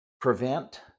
prevent